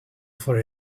for